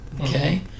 okay